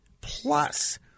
plus